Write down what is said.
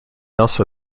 also